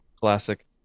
Classic